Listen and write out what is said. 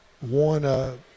one